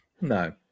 no